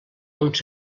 uns